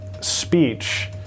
speech